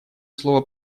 слово